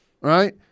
right